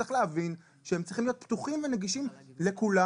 צריך להבין שהם צריכים להיות פתוחים ונגישים לכולם